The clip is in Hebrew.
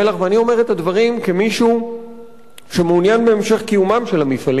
ואני אומר את הדברים כמישהו שמעוניין בהמשך קיומם של המפעלים.